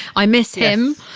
i miss him.